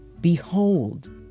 Behold